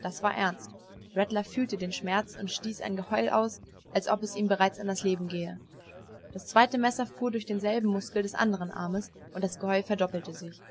das war ernst rattler fühlte den schmerz und stieß ein geheul aus als ob es ihm bereits an das leben gehe das zweite messer fuhr durch denselben muskel des andern armes und das geheul verdoppelte sich